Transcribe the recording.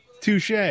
Touche